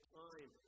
time